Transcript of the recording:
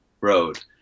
road